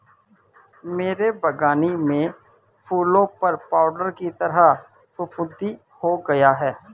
मेरे बगानी में फूलों पर पाउडर की तरह फुफुदी हो गया हैं